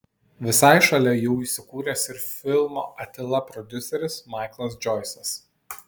visai šalia jų įsikūręs ir filmo atila prodiuseris maiklas džoisas